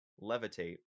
Levitate